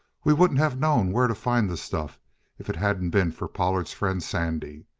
we wouldn't have known where to find the stuff if it hadn't been for pollard's friend sandy.